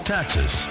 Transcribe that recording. Taxes